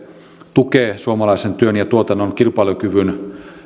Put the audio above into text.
tukee suomalaisen työn ja tuotannon kilpailukyvyn